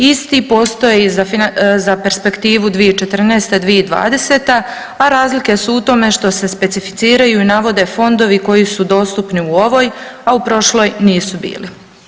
Isti postoje i za perspektivu 2014. – 2020., a razlike su u tome što se specificiraju i navode fondovi koji su dostupni u ovoj, a u prošloj nisu bili.